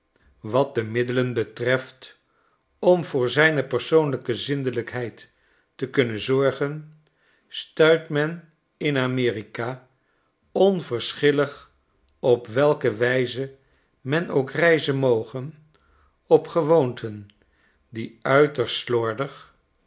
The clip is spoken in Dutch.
wat de middelen betreft om voor zijne persoonlijke zindelykheid te kunnen zorgen stuit men in amerika onverschillig op welke wijze men ook reizen moge op gewoonten die uiterst slordig